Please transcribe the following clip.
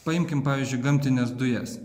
paimkim pavyzdžiui gamtines dujas